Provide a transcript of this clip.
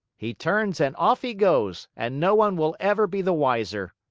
he turns and off he goes, and no one will ever be the wiser.